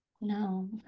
No